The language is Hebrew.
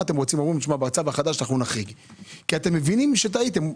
אתם אומרים: בצו החדש נחריג - כי אתם מבינים שטעיתם.